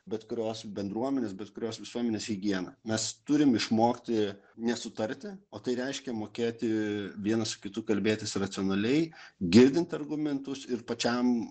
bet kurios bendruomenės bet kurios visuomenės higiena mes turim išmokti nesutarti o tai reiškia mokėti vienas su kitu kalbėtis racionaliai girdint argumentus ir pačiam